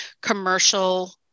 commercial